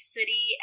City